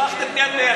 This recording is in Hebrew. שכחת את מי את מייצגת.